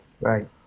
Right